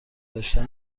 داشتن